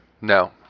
No